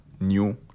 new